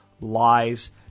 lies